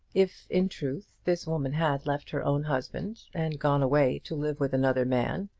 if, in truth, this woman had left her own husband and gone away to live with another man,